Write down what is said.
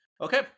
Okay